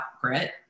grit